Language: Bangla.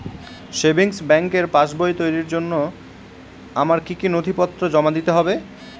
সেভিংস ব্যাংকের পাসবই তৈরির জন্য আমার কি কি নথিপত্র জমা দিতে হবে?